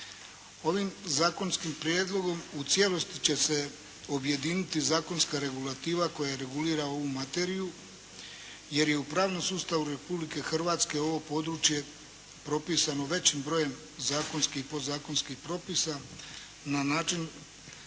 Ovim zakonskim prijedlogom u cijelosti će se objediniti zakonska regulativa koja regulira ovu materiju. Jer je u pravnom sustavu Republike Hrvatske ovo područje propisano većim brojem zakonskih i podzakonskih propisa na način